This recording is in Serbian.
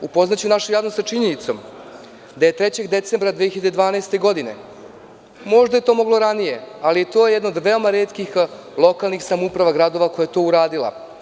Upoznaću našu javnost sa činjenicom da je 3. decembra 2012. godine, možda je to moglo ranije, ali je to jedno od veoma retkih lokalnih samouprava gradova koja je to uradila.